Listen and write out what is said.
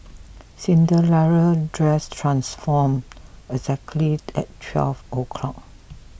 Cinderella's dress transformed exactly at twelve o'clock